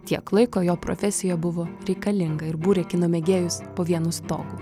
tiek laiko jo profesija buvo reikalinga ir būrė kino mėgėjus po vienu stogu